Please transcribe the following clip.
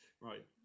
right